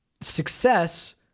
success